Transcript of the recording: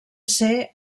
ser